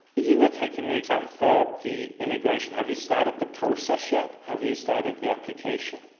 you were taking the exam for the immigration have you started the process yet? have you started the application?